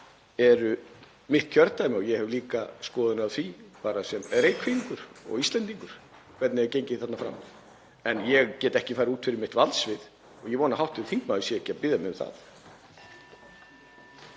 er mitt kjördæmi, og ég hef líka skoðun á því bara sem Reykvíkingur og Íslendingur hvernig er gengið þarna fram. En ég get ekki farið út fyrir mitt valdsvið og ég vona að hv. þingmaður sé ekki að biðja mig um það.